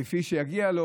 כפי שיגיע לו,